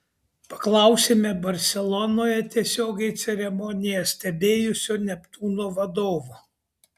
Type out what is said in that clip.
paklausėme barselonoje tiesiogiai ceremoniją stebėjusio neptūno vadovo